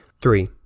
three